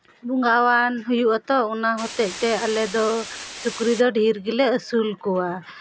ᱵᱚᱸᱜᱟᱣᱟᱱ ᱦᱩᱭᱩᱜ ᱟᱛᱚ ᱚᱱᱟ ᱦᱚᱛᱮᱫ ᱛᱮ ᱟᱞᱮ ᱫᱚ ᱥᱩᱠᱨᱤ ᱫᱚ ᱰᱷᱮᱨ ᱜᱮᱞᱮ ᱟᱹᱥᱩᱞ ᱠᱚᱣᱟ